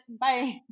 bye